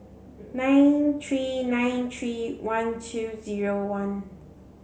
nine three nine three one two zero one